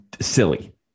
silly